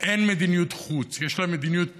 אין מדיניות חוץ, יש לה מדיניות פנים.